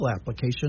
application